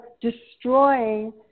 destroying